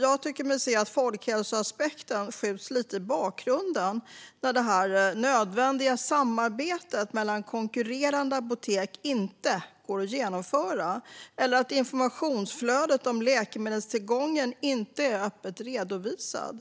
Jag tycker mig se att folkhälsoaspekten skjuts lite i bakgrunden när det nödvändiga samarbetet mellan konkurrerande apotek inte går att genomföra eller när informationsflödet om läkemedelstillgången inte är öppet redovisat.